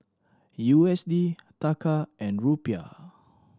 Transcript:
U S D Taka and Rupiah